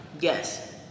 Yes